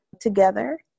together